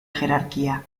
jerarquía